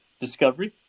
Discovery